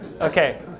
Okay